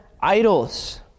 idols